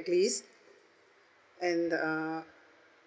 at least and uh